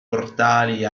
portali